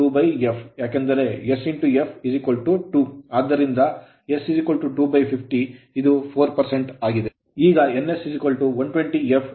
ಈಗ s 2f ಏಕೆಂದರೆ sf 2 ಆದ್ದರಿಂದ s250 ಇದು 4 ಆಗಿದೆ